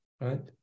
Right